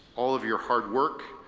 all of your hard work,